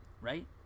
Right